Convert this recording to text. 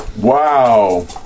Wow